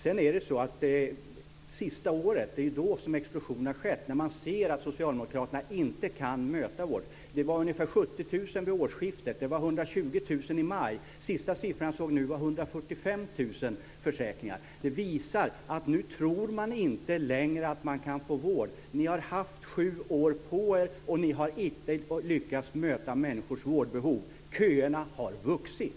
Det är det senaste året som explosionen har skett, när man sett att socialdemokraterna inte kan möta behovet. Det var ungefär 70 000 vid årsskiftet. Det var 120 000 i maj. Den senaste siffran jag såg var 145 000 försäkringar. Det visar att nu tror man inte längre att man kan få vård. Ni har haft sju år på er och ni har inte lyckats möta människors vårdbehov. Köerna har vuxit.